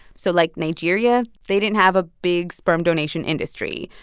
so, like, nigeria they didn't have a big sperm donation industry.